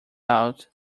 out